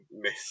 miss